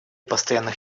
постоянных